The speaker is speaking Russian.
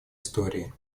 истории